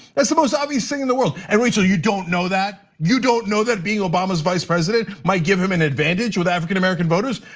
that's the most obvious thing in the world. and rachel, you don't know that? you don't know that being obama's vice president might give him an advantage with african-american voters?